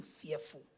fearful